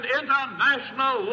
international